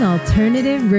Alternative